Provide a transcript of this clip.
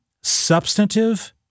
substantive